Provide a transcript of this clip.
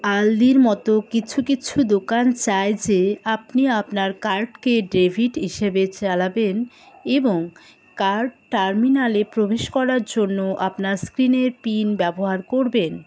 আলদির মতো কিছু কিছু দোকান চায় যে আপনি আপনার কার্ডকে ডেভিট হিসাবে চালাবেন এবং কাড টার্মিনালে প্রবেশ করার জন্য আপনার স্ক্রিনের পিন ব্যবহার করবেন